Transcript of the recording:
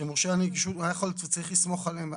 שמורשה הנגישות היה צריך לסמוך עליהם,